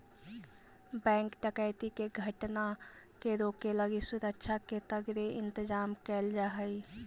bank डकैती के घटना के रोके लगी सुरक्षा के तगड़े इंतजाम कैल जा हइ